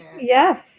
Yes